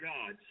God